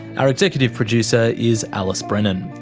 our executive producer is alice brennan.